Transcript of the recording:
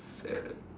sad